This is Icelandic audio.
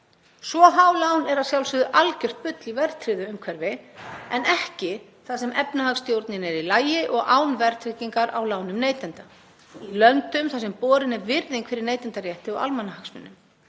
Svo há lán eru að sjálfsögðu algjört bull í verðtryggðu umhverfi en ekki þar sem efnahagsstjórnin er í lagi og án verðtryggingar á lánum neytenda, í löndum þar sem borin er virðing fyrir neytendarétti og almannahagsmunum,